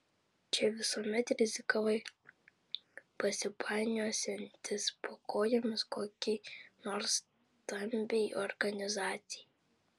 čia visuomet rizikavai pasipainiosiantis po kojomis kokiai nors stambiai organizacijai